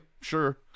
sure